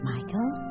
Michael